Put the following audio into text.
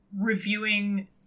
reviewing